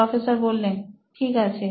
professor ঠিক আছে